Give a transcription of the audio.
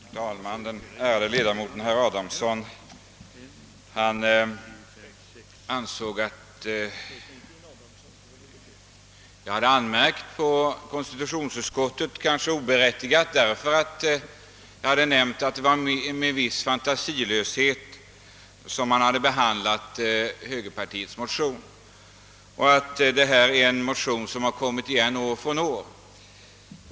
Herr talman! Den ärade ledamoten herr Adamsson ansåg att jag hade anmärkt på konstitutionsutskottet, kanske oberättigat därför att jag hade nämnt att det var med en viss fantasilöshet som man hade behandlat högerpartiets motion — som ju har kommit igen år efter år, påpekade han.